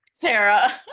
Sarah